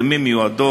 למי הן מיועדות,